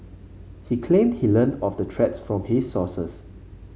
he claimed he learnt of the threats from his sources